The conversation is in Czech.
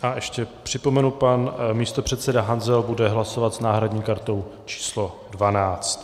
A ještě připomenu, pan místopředseda Hanzel bude hlasovat s náhradní kartou číslo 12.